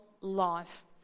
life